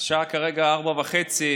השעה כרגע 16:30,